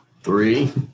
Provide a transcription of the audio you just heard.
three